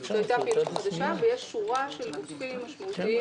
זו הייתה פעילות חדשה ויש שורה של גופים משמעותיים